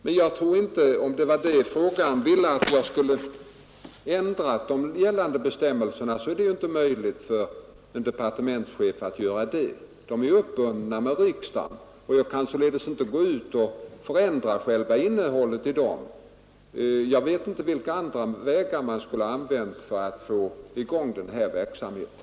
Men jag vill framhålla — om det nu var den saken interpellanten avsåg — att det inte är möjligt för en departementschef att ändra gällande bestämmelser för förbättringslånen. Dessa är uppbundna av riksdagen och jag kan inte ändra innehållet i dem. Och jag vet inte vilka andra vägar än de hittillsvarande som man skulle ha använt för att stimulera till ökad användning av lånen.